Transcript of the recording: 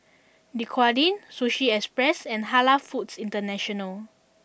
Dequadin Sushi Express and Halal Foods International